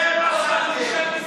זה מה שאתם,